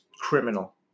criminal